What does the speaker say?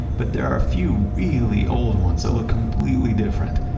but there are a few really old ones that look completely different.